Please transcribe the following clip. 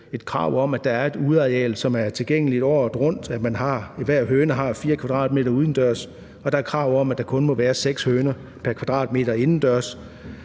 et krav om, at der er et udeareal, som er tilgængeligt året rundt; at hver høne har 4 m² udendørs, og der er krav om, at der kun må være seks høner pr. kvadratmeter indendørs,